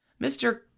Mr